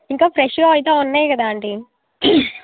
ఇంకా ఫ్రెష్గా అయితే ఉన్నాయి కదా ఆంటీ